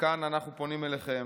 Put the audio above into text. מכאן אנחנו פונים אליכם,